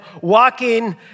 walking